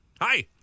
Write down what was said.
Hi